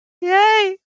yay